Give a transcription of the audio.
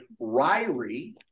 Ryrie